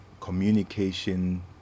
communication